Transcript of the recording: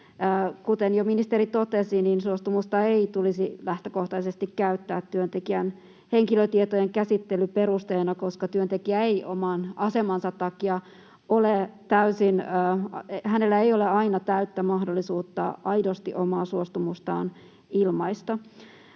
Kuten jo ministeri totesi, niin suostumusta ei tulisi lähtökohtaisesti käyttää työntekijän henkilötietojen käsittelyperusteena, koska työntekijällä ei oman asemansa takia ole aina täyttä mahdollisuutta aidosti omaa suostumustaan ilmaista.